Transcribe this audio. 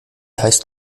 heißt